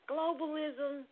Globalism